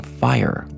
fire